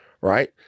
right